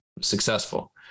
successful